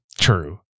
True